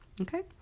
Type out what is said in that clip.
okay